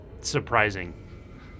surprising